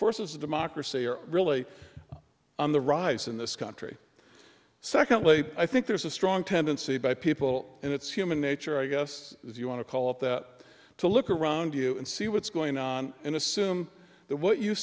forces of democracy are really on the rise in this country secondly i think there's a strong tendency by people and it's human nature i guess if you want to call it that to look around you and see what's going on and assume that what you